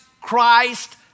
Christ